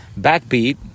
Backbeat